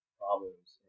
problems